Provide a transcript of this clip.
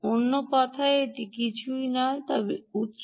অন্য কথায় এটি কিছুই নয় তবে উত্স